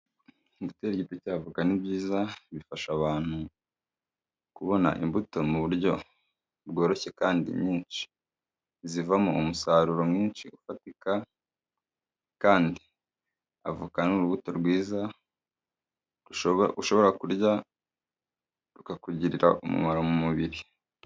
Gutera igiti cya avoka ni byiza, bifasha abantu kubona imbuto mu buryo bworoshye kandi nyinshi, zivamo umusaruro mwinshi ufatika, kandi avoka ni urubuto rwiza ushobora kurya rukakugirira umumaro mu mubiri.